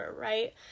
right